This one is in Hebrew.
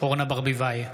אורנה ברביבאי,